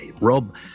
Rob